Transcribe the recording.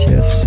Yes